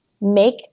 Make